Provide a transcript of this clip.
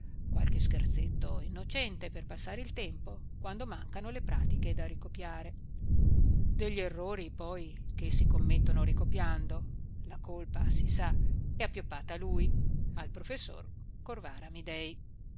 qualche scherzetto innocente per passare il tempo quando mancano le pratiche da ricopiare degli errori poi che essi commettono ricopiando la colpa si sa è appioppata a lui al professor corvara amidei